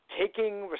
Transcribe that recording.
taking